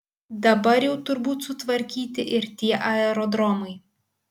dabar jau turbūt sutvarkyti ir tie aerodromai